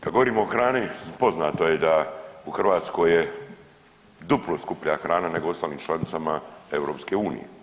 Kad govorimo o hrani poznato je da u Hrvatskoj je duplo skuplja hrana nego u ostalim članicama EU.